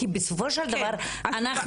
כי בסופו של דבר,